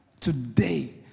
Today